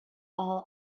all